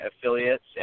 affiliates